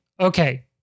okay